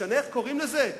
משנה איך קוראים לזה?